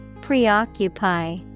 Preoccupy